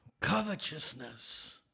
covetousness